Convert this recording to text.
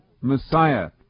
Messiah